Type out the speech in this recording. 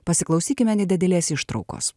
pasiklausykime nedidelės ištraukos